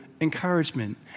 encouragement